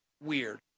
weird